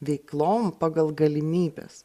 veiklom pagal galimybes